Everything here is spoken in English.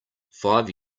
five